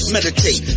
Meditate